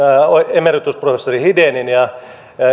emeritusprofessori hideniin ja